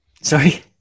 Sorry